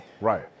Right